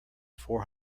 four